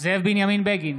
זאב בנימין בגין,